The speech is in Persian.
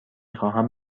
خواهم